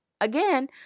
Again